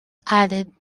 added